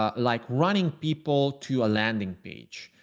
ah like running people to a landing page,